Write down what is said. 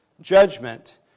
judgment